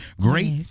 Great